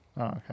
Okay